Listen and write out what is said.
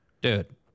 dude